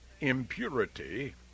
impurity